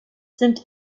sind